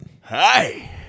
Hi